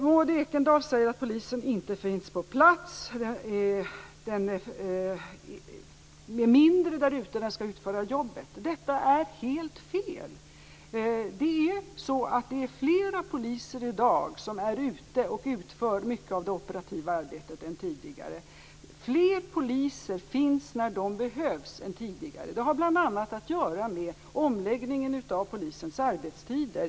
Maud Ekendahl säger att polisen inte finns på plats och att de inte finns där ute där de skall utföra jobbet. Detta är helt fel. I dag är flera poliser än tidigare ute och utför mycket av det operativa arbetet. Fler poliser än tidigare finns när de behövs. Det har bl.a. att göra med omläggningen av polisens arbetstider.